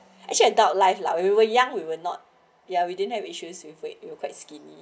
actually adult life lah when we were young we will not ya we didn't have issues with wait you quite skinny